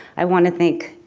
i want to thank